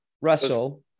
Russell